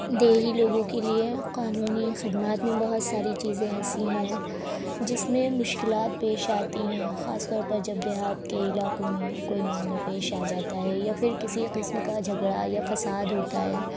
دیہی لوگوں کے لیے قانونی خدمات میں بہت ساری چیزیں ایسی ہیں جس میں مشکلات پیش آتی ہیں خاص طور پر جب دیہات کے علاقوں میں کوئی معاملہ پیش آ جاتا ہے یا پھر کسی قسم کا جھگڑا یا فساد ہوتا ہے